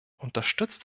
unterstützt